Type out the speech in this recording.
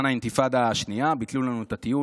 בזמן האינתיפאדה השנייה ביטלו לנו את הטיול